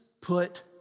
put